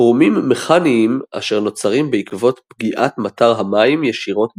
קרומים מכניים אשר נוצרים בעקבות פגיעת מטר המים ישירות בקרקע.